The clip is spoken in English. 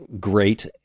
great